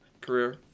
career